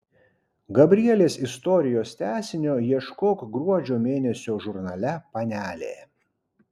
gabrielės istorijos tęsinio ieškok gruodžio mėnesio žurnale panelė